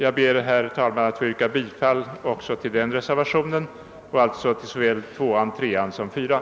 Jag ber, herr talman, att få yrka bifall till reservationerna II, III och IV.